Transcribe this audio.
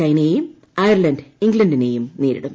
ചൈനയേയും Ireland ഇംഗ്ലണ്ടിനെയും നേരിടും